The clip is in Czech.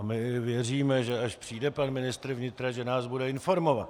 My i věříme, že až přijde pan ministr vnitra, že nás bude informovat.